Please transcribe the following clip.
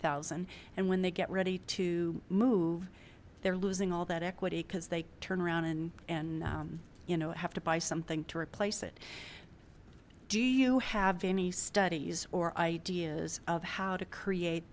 thousand and when they get ready to move they're losing all that equity because they turn around and and you know have to buy something to replace it do you have any studies or ideas of how to create